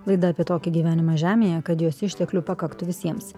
laida apie tokį gyvenimą žemėje kad jos išteklių pakaktų visiems